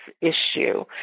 issue